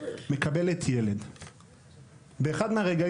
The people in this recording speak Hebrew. וכ-100 הליכים